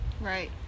right